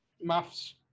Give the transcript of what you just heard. maths